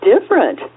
different